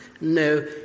No